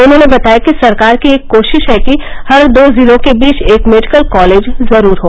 उन्होंने बताया कि सरकार की यह कोशिश है कि हर दो जिलों के बीच एक मेडिकल कॉलेज जरूर हो